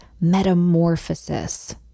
metamorphosis